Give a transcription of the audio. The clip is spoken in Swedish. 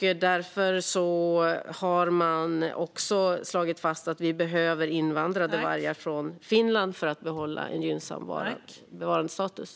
Därför har man också slagit fast att vi behöver invandrade vargar från Finland för att behålla en gynnsam bevarandestatus.